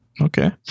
Okay